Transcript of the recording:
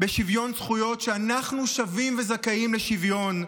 בשוויון זכויות, שאנחנו שווים וזכאים לשוויון: